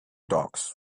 dogs